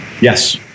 Yes